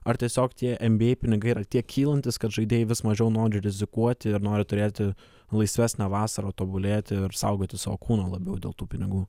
ar tiesiog tie en by ei pinigai yra tiek kylantys kad žaidėjai vis mažiau nori rizikuoti ir nori turėti laisvesnę vasarą tobulėti ir saugoti savo kūną labiau dėl tų pinigų